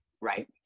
Right